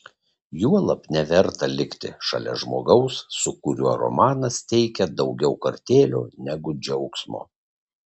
juolab neverta likti šalia žmogaus su kuriuo romanas teikia daugiau kartėlio negu džiaugsmo